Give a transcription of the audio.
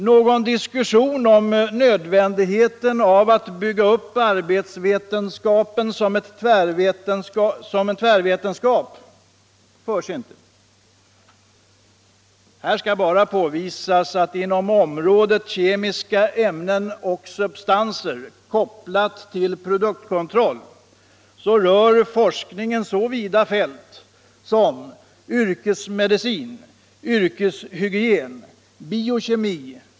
Någon diskussion om nödvändigheten av att bygga upp arbetsvetenskapen som en tvärvetenskap förs inte. Här skall bara påvisas att inom området kemiska ämnen och substanser. kopplat till produktkontroll, rör forskningen så vida fält som bl.a. yrkesmedicin, yrkeshygien, biokemi.